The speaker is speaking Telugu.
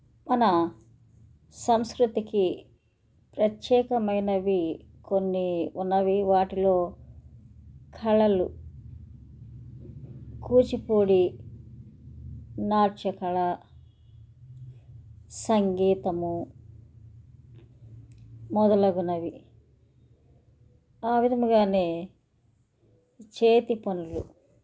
మన సంస్కృతికి ప్రత్యేకమైనవి కొన్ని ఉన్నవి వాటిలో కళలు కూచిపూడి నాట్యకళ సంగీతము మొదలగునవి ఆ విధముగానే చేతి పనులు